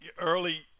Early